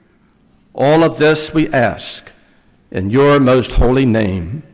all of this we ask in your most holy name,